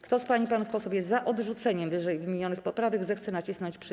Kto z pań i panów posłów jest za odrzuceniem ww. poprawek, zechce nacisnąć przycisk.